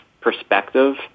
perspective